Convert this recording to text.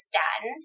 done